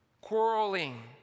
quarreling